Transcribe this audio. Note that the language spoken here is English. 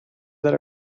that